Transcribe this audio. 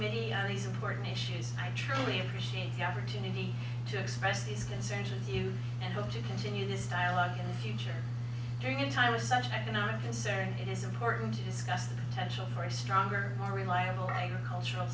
committee on these important issues i truly appreciate the opportunity to express these concerns with you and hope to continue this dialogue in the future during a time of such economic concern it is important to discuss the potential for a stronger more reliable agricultural